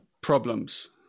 problems